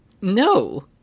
No